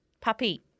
Puppy